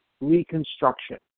reconstruction